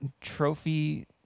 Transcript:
trophy